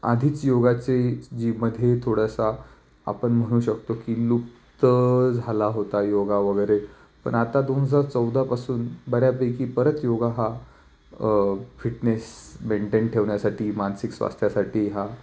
आधीच योगाचे जीममध्ये थोडासा आपण म्हणू शकतो की लुप्त झाला होता योग वगैरे पण आता दोन हजार चौदापासून बऱ्यापैकी परत योग हा फिटनेस मेंटेन ठेवण्यासाठी मानसिक स्वास्थ्यासाठी हा